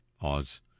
Oz